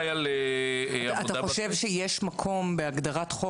האם אתה חושב שיש מקום בהגדרת חוק